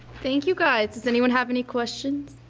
thank you guys. does anyone have any questions?